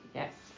Yes